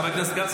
חבר הכנסת גנץ,